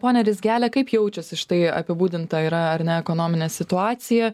ponia rizgele kaip jaučiasi štai apibūdinta yra ar ne ekonominė situacija